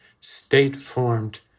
state-formed